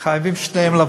ששני ההורים חייבים לעבוד.